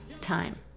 Time